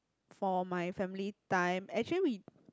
for my family time actually we